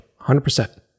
100%